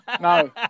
no